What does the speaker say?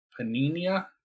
Panini